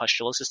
pustulosis